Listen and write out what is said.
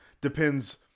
depends